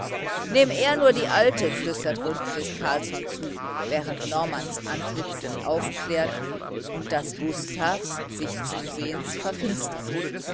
nehm er nur die alte flüstert rundquist carlsson zu während normans antlitz sich aufklärt und das gustavs sich zusehends verfinstert